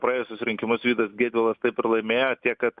praėjusius rinkimus vydas gedvilas tai ir laimėjo tiek kad